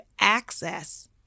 access